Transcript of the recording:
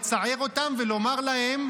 לצער אותם ולומר להם: